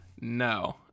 No